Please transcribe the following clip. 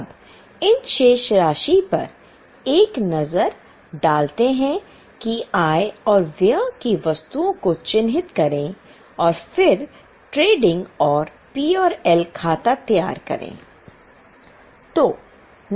अब इन शेष राशि पर एक नजर डालते हैं कि आय और व्यय की वस्तुओं को चिह्नित करें और फिर ट्रेडिंग और पी और एल खाता तैयार करें